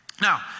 Now